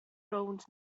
rownd